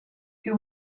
who